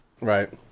Right